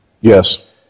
Yes